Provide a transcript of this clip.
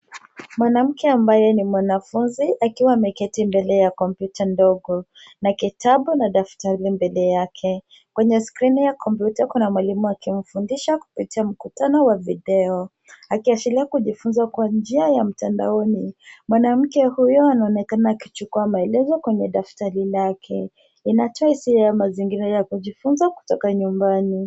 Mwanamke ambaye ni mwanafuzi akiwa ameketi mbele ya kompyuta ndogo na kitabu na daftari mbele yake. Kwenye skrini ya kompyuta kuna mwalimu akimfundisha kupitia mkutano wa video. Akiashiria kujifuza kwa njia ya mtandaoni, mwanamke huyo anaonekana akichukua maelezo kwenye daftari lake. Inatoa hisia ya mazingira ya kujifuza kutoka nyumbani.